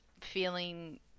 feeling